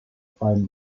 influenced